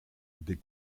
des